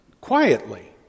quietly